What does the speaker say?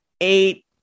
eight